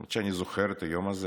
האמת היא שאני זוכר את היום הזה.